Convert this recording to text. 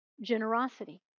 generosity